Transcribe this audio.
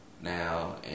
now